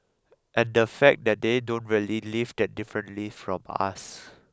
and the fact that they don't really live that differently from us